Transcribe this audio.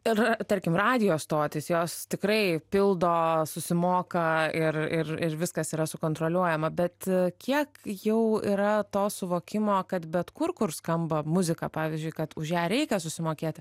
ir tarkim radijo stotis jos tikrai pildo susimoka ir ir ir viskas yra sukontroliuojama bet kiek jau yra to suvokimo kad bet kur kur skamba muzika pavyzdžiui kad už ją reikia susimokėti